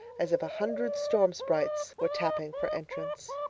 as if a hundred storm sprites were tapping for entrance.